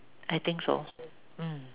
I think so mm